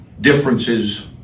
differences